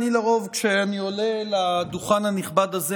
לרוב כשאני עולה לדוכן הנכבד הזה,